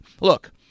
look